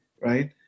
right